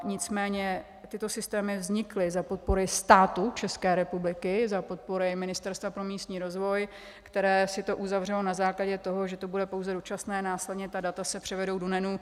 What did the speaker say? Nicméně tyto systému vznikly za podpory státu České republiky, za podpory Ministerstva pro místní rozvoj, které si to uzavřelo na základě toho, že to bude pouze dočasné, následně se ta data převedou do NEN.